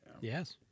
Yes